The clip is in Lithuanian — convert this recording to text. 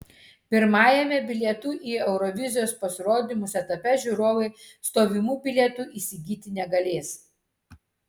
pirmajame bilietų į eurovizijos pasirodymus etape žiūrovai stovimų bilietų įsigyti negalės